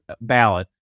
ballot